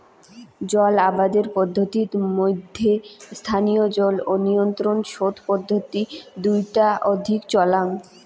জল আবাদের পদ্ধতিত মইধ্যে স্থায়ী জল ও নিয়ন্ত্রিত সোত পদ্ধতি দুইটা অধিক চলাং